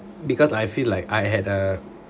because I feel like I had a